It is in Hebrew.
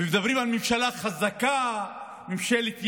ומדברים על ממשלה חזקה, ממשלת ימין,